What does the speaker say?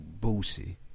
Boosie